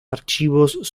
archivos